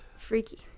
freaky